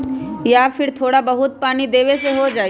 या फिर थोड़ा बहुत पानी देबे से हो जाइ?